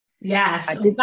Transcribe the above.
Yes